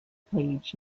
page